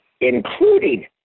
including